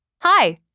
Hi